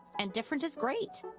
and different is great.